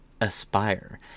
aspire